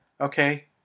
okay